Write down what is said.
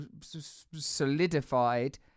solidified